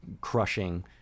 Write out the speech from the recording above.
crushing